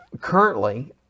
Currently